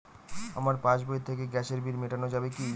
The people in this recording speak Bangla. আমার পাসবই থেকে গ্যাসের বিল মেটানো যাবে কি?